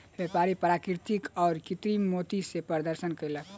व्यापारी प्राकृतिक आ कृतिम मोती के प्रदर्शन कयलक